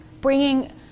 bringing